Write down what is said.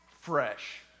fresh